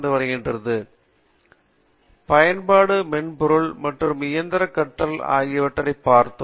காமகோடி பயன்பாடு மென்பொருள் மற்றும் இயந்திர கற்றல் ஆகியவற்றை பார்த்தோம்